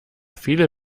viele